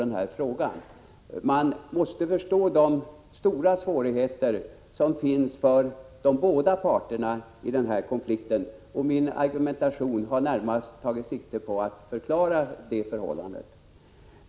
Man måste i den här konflikten förstå de stora svårigheterna för båda parter. Min argumentation har närmast tagit sikte på att förklara detta förhållande.